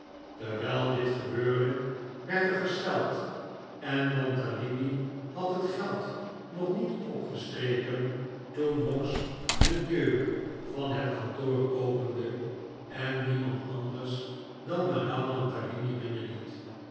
terwijl dit gebeurde werd er gescheldj en mantalini had het geld nog niet opgestreken toen noggs de deur van het kantoor opende en niemand anders dan madame mantalini binnenliet